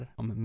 om